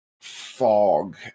fog